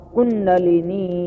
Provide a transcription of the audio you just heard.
Kundalini